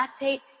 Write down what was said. lactate